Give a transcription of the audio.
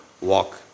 walk